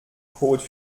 code